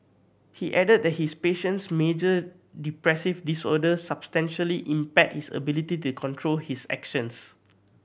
he added that his patient's major depressive disorder substantially impaired his ability to control his actions